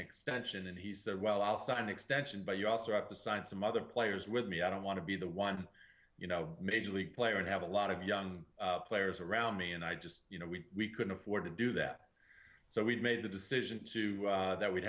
extension and he said well i'll sign an extension but you also have to sign some other players with me i don't want to be the one you know major league player and have a lot of young players around me and i just you know we couldn't afford to do that so we made the decision to that we'd